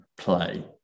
Play